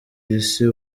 isi